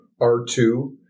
R2